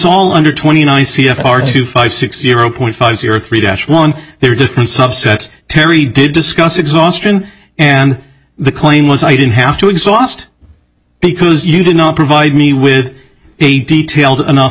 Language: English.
all under twenty nine c f r two five six zero point five zero three dash one there are different subsets terry did discuss exhaustion and the claim was i didn't have to exhaust because you did not provide me with a detailed enough